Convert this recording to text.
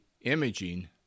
imaging